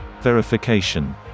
Verification